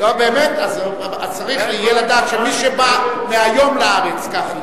אז צריך יהיה לדעת שמי שבא, מהיום, לארץ, כך יהיה.